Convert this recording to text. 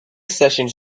sessions